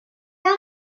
elle